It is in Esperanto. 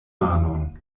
manon